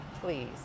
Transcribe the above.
Please